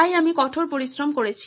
তাই আমি কঠোর পরিশ্রম করেছি